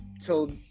till